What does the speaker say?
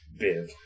Biv